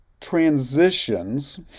transitions